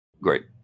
great